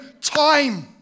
Time